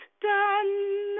done